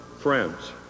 friends